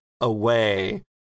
away